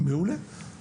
מעולה,